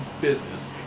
business